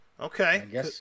Okay